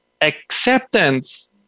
Acceptance